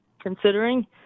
considering